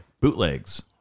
bootlegs